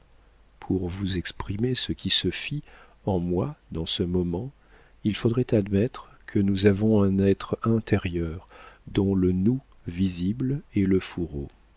pour vous exprimer ce qui se fit en moi dans ce moment il faudrait admettre que nous avons un être intérieur dont le nous visible est le fourreau